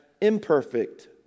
imperfect